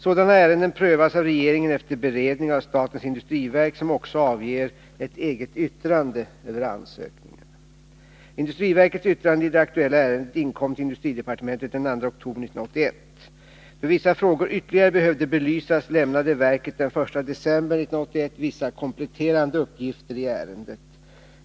Sådana ärenden prövas av regeringen efter beredning av statens industriverk, som också avger ett eget yttrande över ansökningen. Industriverkets yttrande i det aktuella ärendet inkom till industridepartementet den 2 oktober 1981. Då vissa frågor ytterligare behövde belysas, lämnade verket den 1 december 1981 vissa kompletterande uppgifter i ärendet.